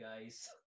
guys